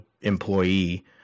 employee